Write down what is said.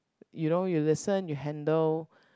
you know you listen you handle